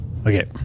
Okay